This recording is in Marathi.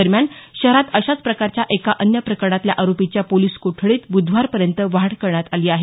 दरम्यान शहरात अशाच प्रकारच्या एका अन्य प्रकरणातल्या आरोपीच्या पोलिस कोठडीत ब्रधवारपर्यंत वाढ करण्यात आली आहे